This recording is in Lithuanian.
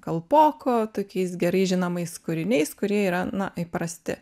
kalpoko tokiais gerai žinomais kūriniais kurie yra na įprasti